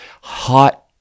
hot